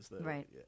Right